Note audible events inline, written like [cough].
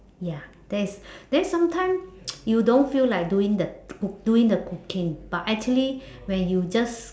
ya there's [breath] then sometimes [noise] you don't feel like doing the [noise] doing the cooking but actually [breath] when you just